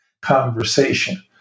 conversation